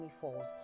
falls